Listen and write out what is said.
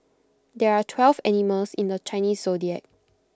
there are twelve animals in the Chinese Zodiac